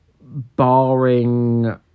barring